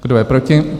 Kdo je proti?